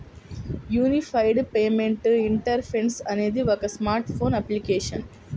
unified payment interface అనేది ఒక smart phone application